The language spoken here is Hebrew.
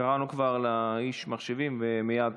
קראנו כבר לאיש מחשבים, ומייד